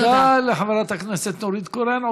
תודה לחברת הכנסת נורית קורן.